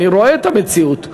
אני רואה את המציאות.